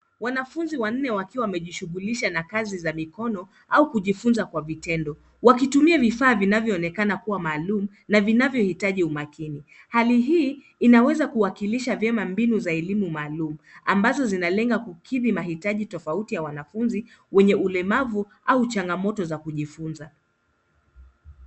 Wanafunzi wanane wakiwa wamejishughulisha na kazi za mikono au kujifunza kwa vitendo. Wakitumia vifaa vinavyoonekana kuwa maalum na vinavyohitaji umakini. Hali hii inaweza kuwakilisha vyema mbinu za elimu maalum ambazo zinalenga kukidhi mahitaji tofauti ya wanafunzi wenye ulemavu au changamoto za kujifunza.